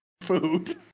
food